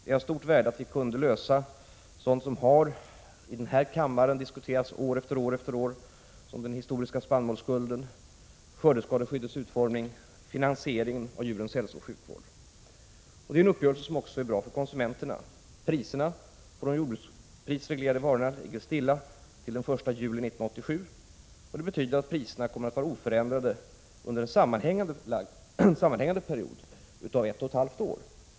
Det är av stort värde att vi kunde lösa sådant som i denna kammare har diskuterats år efter år, t.ex. det historiska underskottet i spannmålsregleringen, skördeskadeskyddets utformning och finansieringen av djurens hälsooch sjukvård. Detta är en uppgörelse som också är bra för konsumenterna. Priserna på de jordbrukprisreglerade varorna ligger stilla till den 1 juli 1987. Det betyder att priserna kommer att vara oförändrade under en sammanhängande period av ett och ett halvt år.